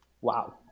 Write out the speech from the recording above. wow